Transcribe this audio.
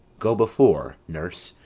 go before, nurse.